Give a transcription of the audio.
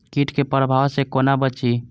कीट के प्रभाव से कोना बचीं?